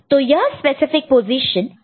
तो यह specific positions क्या है